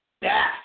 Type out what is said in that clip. back